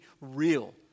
real